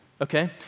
okay